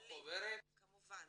או חוברת --- יש הסבר כללי, כמובן.